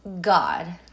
God